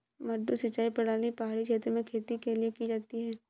मडडू सिंचाई प्रणाली पहाड़ी क्षेत्र में खेती के लिए की जाती है